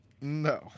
No